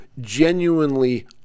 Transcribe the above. genuinely